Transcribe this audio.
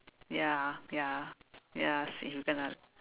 ya ya ya same kena